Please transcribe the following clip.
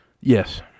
Yes